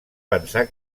pensar